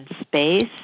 space